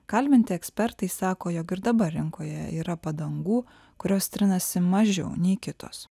kalbinti ekspertai sako jog ir dabar rinkoje yra padangų kurios trinasi mažiau nei kitos